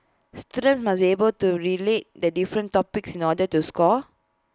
students must able to relate the different topics in order to score